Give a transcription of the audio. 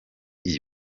iyi